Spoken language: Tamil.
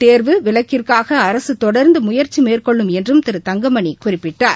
தேர்வு விலக்கிற்காகஅரசுதொடர்ந்துமுயற்சிமேற்கொள்ளும் என்றம் நட் திரு தங்கமணிகுறிப்பிட்டார்